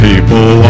People